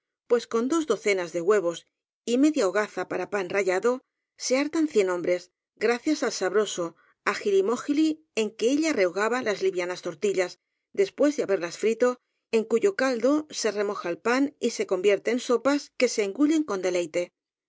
pues con dos docenas de huevos y media hogaza para pan rayado se hartan cien hombres gracias al sabroso ajilimójili en que ella rehogaba las livianas tortillas después de haberlas frito y en cuyo caldo se re mojad pan y se convierte en sopas que se engullen con deleite